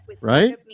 Right